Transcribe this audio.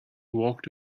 walked